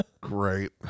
Great